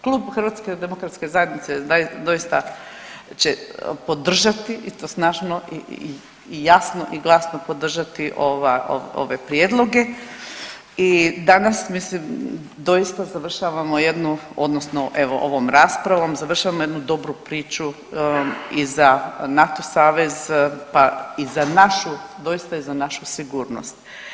Klub HDZ-a doista će podržati i to snažno i jasno i glasno podržati ove prijedloge i danas, mislim doista završavamo jednu odnosno evo, ovom raspravom završavamo jednu dobru priču i za NATO savez pa i za našu doista i za našu sigurnost.